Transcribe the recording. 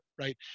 right